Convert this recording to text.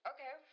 Okay